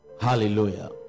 Hallelujah